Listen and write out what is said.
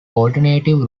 alternative